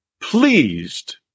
Pleased